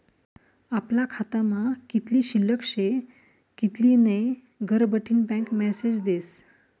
आपला खातामा कित्ली शिल्लक शे कित्ली नै घरबठीन बँक मेसेज देस